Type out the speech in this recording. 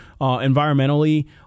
environmentally